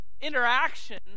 interaction